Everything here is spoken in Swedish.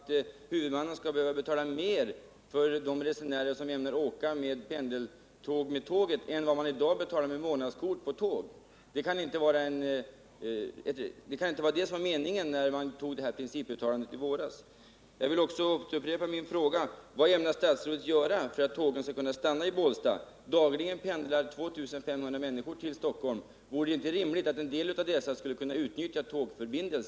Herr talman! Anser statsrådet då att det är rimligt att huvudmannen skall behöva betala mer för de resenärer som ämnar åka med tåg än vad man i dag betalar med månadskort på tåget? Det kan inte vara detta som var meningen med riksdagens principuttalande i våras.